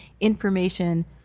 information